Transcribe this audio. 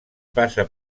passa